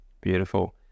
beautiful